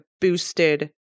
boosted